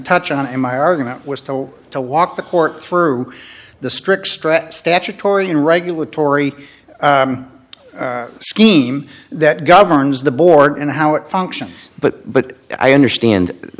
touch on in my argument was told to walk the court through the strict stretch statutory and regulatory scheme that governed the board and how it functions but but i understand